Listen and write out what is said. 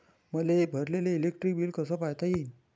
मले भरलेल electric bill कस पायता येईन?